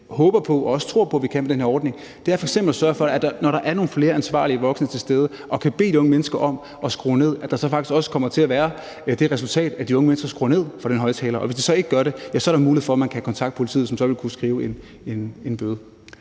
håber på og også tror på at vi kan med den her ordning, er f.eks. at sørge for, at der, når der er nogle flere ansvarlige voksne til stede, der kan bede de unge mennesker om at skrue ned, så faktisk også kommer til at være det resultat, at de unge mennesker skruer ned for den højtaler. Og hvis de så ikke gør det, er der mulighed for, at man kan kontakte politiet, som så vil kunne udskrive en bøde.